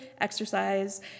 exercise